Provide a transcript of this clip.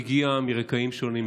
כולנו הגענו מרקעים שונים,